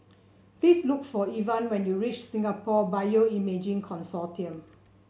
please look for Evan when you reach Singapore Bioimaging Consortium